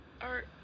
are-